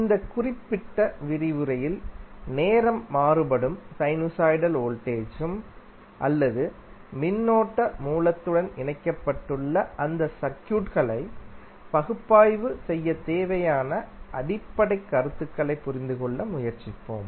இந்த குறிப்பிட்ட விரிவுரையில் நேரம் மாறுபடும் சைனுசாய்டல் வோல்டேஜ் ம் அல்லது மின்னோட்ட மூலத்துடன் இணைக்கப்பட்டுள்ள அந்த சர்க்யூட் களை பகுப்பாய்வு செய்யத் தேவையான அடிப்படைக் கருத்துகளைப் புரிந்து கொள்ள முயற்சிப்போம்